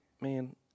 Man